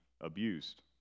abused